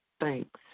thanks